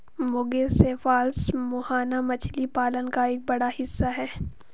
मुगिल cephalus मुहाना मछली पालन का एक बड़ा हिस्सा है